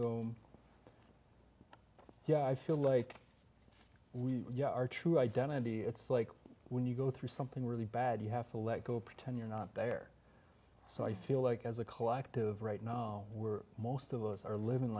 so yeah i feel like we yeah our true identity it's like when you go through something really bad you have to let go pretend you're not there so i feel like as a collective right now we're most of us are living